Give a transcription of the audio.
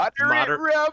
moderate